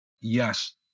Yes